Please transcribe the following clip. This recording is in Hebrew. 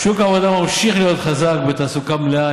שוק העבודה ממשיך להיות חזק ובתעסוקה מלאה,